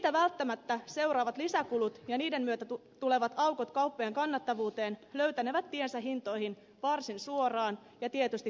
siitä välttämättä seuraavat lisäkulut ja niiden myötä tulevat aukot kauppojen kannattavuuteen löytänevät tiensä hintoihin varsin suoraan ja tietysti korkojen kera